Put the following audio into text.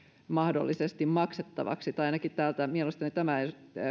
mahdollisesti maksettavaksi tai ainakin tältä mielestäni tämä